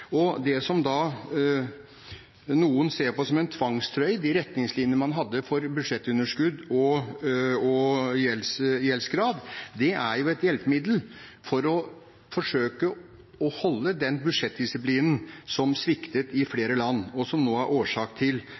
Det som noen ser på som en tvangstrøye – de retningslinjene man hadde for budsjettunderskudd og gjeldsgrad – er et hjelpemiddel for å forsøke å holde den budsjettdisiplinen som sviktet i flere land, og som nå er årsak til